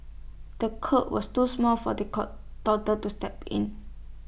the cot was too small for the cot toddler to step in